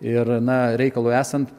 ir na reikalui esant